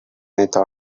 thought